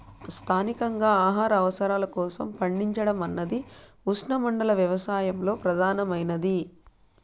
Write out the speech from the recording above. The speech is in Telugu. స్థానికంగా ఆహార అవసరాల కోసం పండించడం అన్నది ఉష్ణమండల వ్యవసాయంలో ప్రధానమైనది